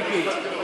מיקי,